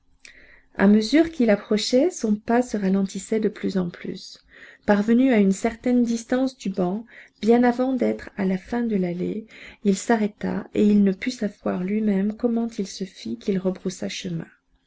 à mesure qu'il approchait son pas se ralentissait de plus en plus parvenu à une certaine distance du banc bien avant d'être à la fin de l'allée il s'arrêta et il ne put savoir lui-même comment il se fit qu'il rebroussa chemin